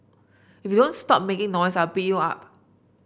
if you don't stop making noise I'll beat you up